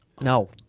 No